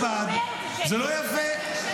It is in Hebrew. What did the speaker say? יפה, נו, הלוואי עליי.